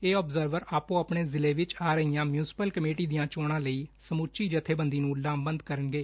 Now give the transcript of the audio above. ਇਹ ਆਬਜ਼ਰਵਰ ਆਪੋ ਆਪਣੇ ਜ਼ਿਲ੍ਹੇ ਵਿੱਚ ਆ ਰਹੀਆਂ ਮਿਊਨਸੀਪਲ ਕਮੇਟੀਆਂ ਦੀਆਂ ਚੋਣਾ ਲਈ ਸਮੁੱਚੀ ਜੱਥੇਬੰਦੀ ਨੂੰ ਲਾਮਬੰਦ ਕਰਨਗੇ